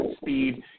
speed